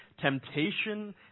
temptation